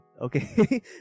okay